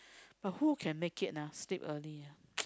but who can make it ah sleep early ah